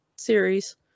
series